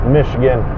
Michigan